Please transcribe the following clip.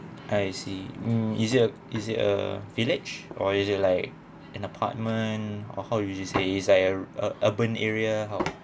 I see mm is it a is it a village or is it like an apartment or how you just say it is Iike a a urban area how